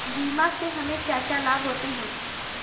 बीमा से हमे क्या क्या लाभ होते हैं?